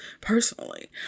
personally